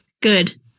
Good